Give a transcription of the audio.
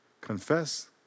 Confess